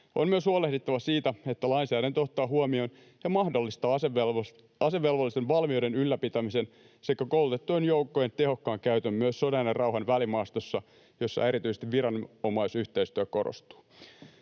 On myös huolehdittava siitä, että lainsäädäntö ottaa huomioon ja mahdollistaa asevelvollisten valmiuden ylläpitämisen sekä koulutettujen joukkojen tehokkaan käytön myös sodan ja rauhan välimaastossa, jossa erityisesti viranomaisyhteistyö korostuu.